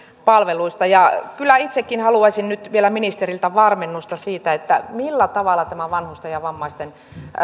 palveluista kyllä itsekin haluaisin nyt vielä ministeriltä varmennusta siitä millä tavalla tämä vanhusten ja vammaisten